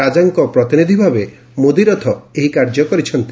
ରାକାଙ୍କ ପ୍ରତିନିଧ୍ଭାବେ ମୁଦିରଥ ଏହି କାର୍ଯ୍ୟ କରିଛନ୍ତି